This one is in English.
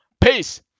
peace